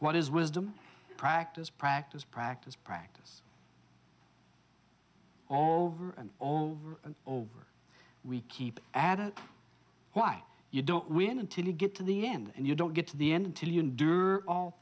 what is wisdom practice practice practice practice all over and over and over we keep adding why you don't win until you get to the end and you don't get to the